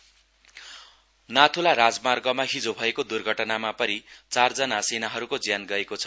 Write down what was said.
army accident Nathula राजमार्गमा हिजो भएको दुर्घटनामा परि चारजना सेनाहरूको ज्यान गएको छ